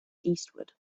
eastward